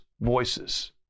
voices